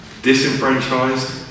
disenfranchised